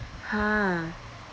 !huh!